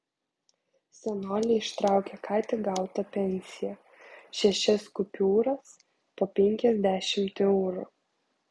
senolė ištraukė ką tik gautą pensiją šešias kupiūras po penkiasdešimt eurų